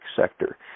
sector